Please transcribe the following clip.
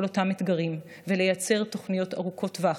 אותם אתגרים ולייצר תוכניות ארוכות טווח,